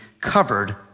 covered